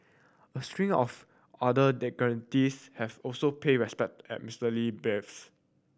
a stream of other dignitaries have also paid respect at Mister Lee biers